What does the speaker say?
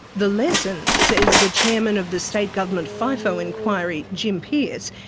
the lesson, says the chairman of the state government fifo inquiry, jim pearce,